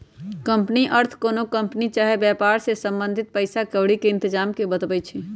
company अर्थ कोनो company चाही वेपार से संबंधित पइसा क्औरी के इतजाम के बतबै छइ